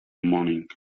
morning